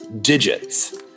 digits